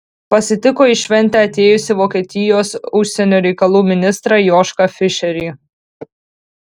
pasitiko į šventę atėjusį vokietijos užsienio reikalų ministrą jošką fišerį